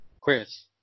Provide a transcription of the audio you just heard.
Chris